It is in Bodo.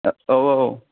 औ औ औ